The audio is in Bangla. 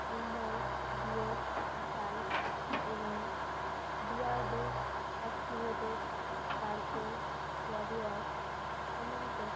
সিনহল ডিও টালক এবং বিয়ার্ডো অ্যাক্টিভেটেড চারকোল বডিওয়াশ সম্মিলিত